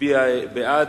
יצביע בעד.